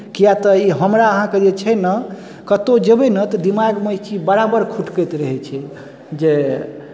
किआक तऽ ई हमरा अहाँके जे छै ने कतहु जेबै ने तऽ दिमागमे ई चीज बराबर खुटकैत रहै छै जे